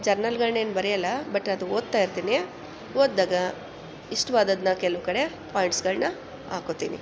ಜರ್ನಲ್ಗಳ್ನ ಏನು ಬರೆಯೋಲ್ಲ ಬಟ್ ಅದು ಓದ್ತಾ ಇರ್ತೀನಿ ಓದಿದಾಗ ಇಷ್ಟವಾದದ್ದನ್ನ ಕೆಲವು ಕಡೆ ಪಾಯಿಂಟ್ಸ್ಗಳನ್ನ ಹಾಕೊಳ್ತೀನಿ